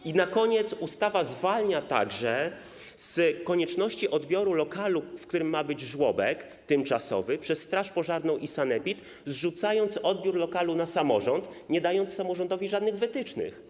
I na koniec - ustawa zwalnia także z konieczności odbioru lokalu, w którym ma być żłobek tymczasowy, przez straż pożarną i sanepid, zrzucając odbiór lokalu na samorząd, nie dając samorządowi żadnych wytycznych.